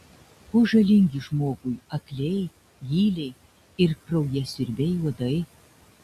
kuo žalingi žmogui akliai gyliai ir kraujasiurbiai uodai